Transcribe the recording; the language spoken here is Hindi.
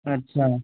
अच्छा